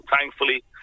thankfully